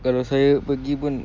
kalau saya pergi pun